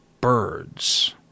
birds